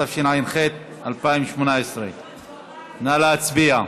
התשע"ח 2018. נא להצביע.